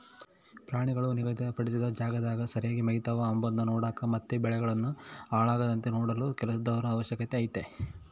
ಪ್ರಾಣಿಗಳು ನಿಗಧಿ ಪಡಿಸಿದ ಜಾಗದಾಗ ಸರಿಗೆ ಮೆಯ್ತವ ಅಂಬದ್ನ ನೋಡಕ ಮತ್ತೆ ಬೆಳೆಗಳನ್ನು ಹಾಳಾಗದಂತೆ ನೋಡಲು ಕೆಲಸದವರ ಅವಶ್ಯಕತೆ ಐತೆ